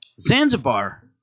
Zanzibar